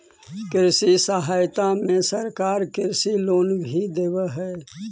कृषि सहकारिता में सरकार कृषि लोन भी देब हई